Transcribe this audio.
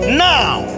now